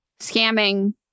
scamming